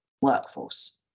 workforce